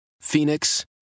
Phoenix